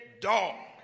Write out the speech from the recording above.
dog